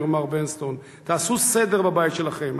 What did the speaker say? אומר מר ברנסון: "תעשו סדר בבית שלכם.